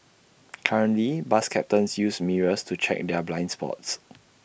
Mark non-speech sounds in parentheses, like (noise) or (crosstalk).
(noise) currently bus captains use mirrors to check their blind spots